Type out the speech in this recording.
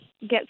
get